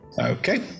Okay